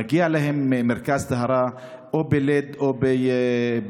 מגיע להם מרכז טהרה או בלוד או ברמלה.